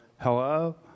hello